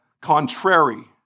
contrary